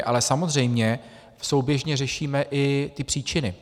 Ale samozřejmě souběžně řešíme i ty příčiny.